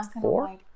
four